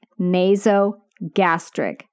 Nasogastric